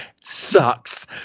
sucks